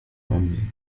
أمي